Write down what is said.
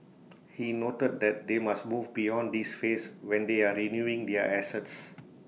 he noted that they must move beyond this phase when they are renewing their assets